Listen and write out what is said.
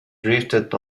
drifted